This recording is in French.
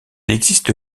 existe